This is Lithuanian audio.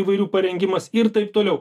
įvairių parengimas ir taip toliau